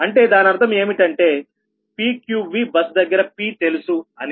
అంటే దానర్థం ఏమిటి అంటే PQV బస్ దగ్గర Pతెలుసు అని